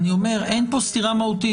אני אומר שאין פה סתירה מהותית.